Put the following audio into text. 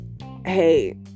Hey